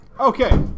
Okay